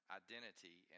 identity